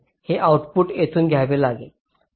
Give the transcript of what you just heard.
हे आउटपुट येथून घ्यावे लागेल